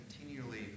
continually